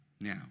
now